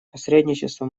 посредничество